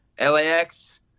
lax